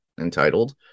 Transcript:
entitled